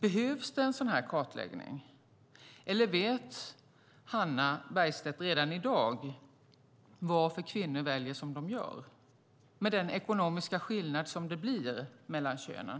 Behövs det en sådan här kartläggning, eller vet Hannah Bergstedt redan i dag varför kvinnor väljer som de gör, med den ekonomiska skillnad som det blir mellan könen?